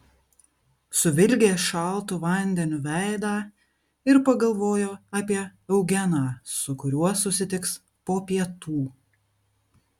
suvilgė šaltu vandeniu veidą ir pagalvojo apie eugeną su kuriuo susitiks po pietų